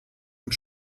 und